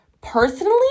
Personally